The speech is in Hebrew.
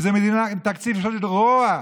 זו מדינה עם תקציב של רוע,